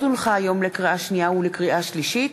לקריאה שנייה ולקריאה שלישית: